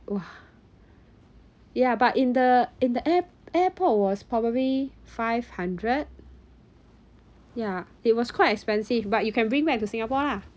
!wah! ya but in the in the air airport was probably five hundred ya it was quite expensive but you can bring back to singapore lah